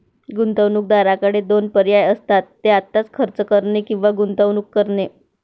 गुंतवणूकदाराकडे दोन पर्याय असतात, ते आत्ताच खर्च करणे किंवा गुंतवणूक करणे